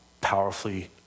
powerfully